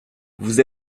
vous